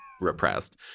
repressed